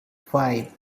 five